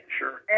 sure